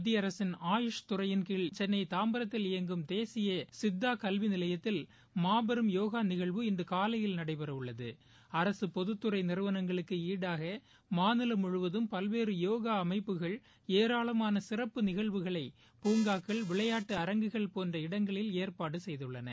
மத்திய ஆசின் ஆயுஷ் தறையின்கீழ் சென்னை தாம்பரத்தில் இயங்கும் தேசிய சித்தா கல்வி நிலையத்தில் மாபெரும் போகா நிகழ்வு இன்று காலை நடைபெறவுள்ளது மாநிலம் முழுவதம் பல்வேறு போகா அமைப்புகள் ஏராளாமான சிறப்பு நிகழ்வுகளை புங்காக்கள் விளையாட்டு அரங்குகள் போன்ற இடங்களில் ஏற்பாடுகள் செய்துள்ளன